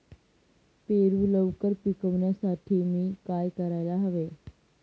पेरू लवकर पिकवण्यासाठी मी काय करायला हवे?